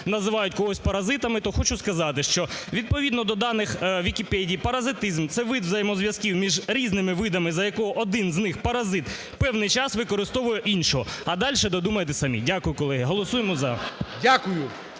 називають когось паразитами, то хочу сказати, що відповідно до даних вікіпедій паразитизм – це вид взаємозв'язків між різними видами, за якого один з них (паразит) певний час використовує іншого. А дальше додумайте самі. Дякую, колеги. Голосуємо "за".